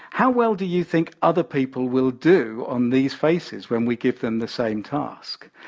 how well do you think other people will do on these faces when we give them the same task?